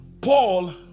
Paul